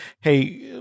hey